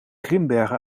grimbergen